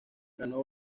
ganó